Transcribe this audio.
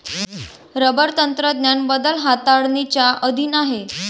rubber तंत्रज्ञान बदल हाताळणीच्या अधीन आहे